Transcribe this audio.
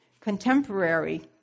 contemporary